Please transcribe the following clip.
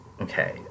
okay